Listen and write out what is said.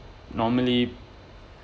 normally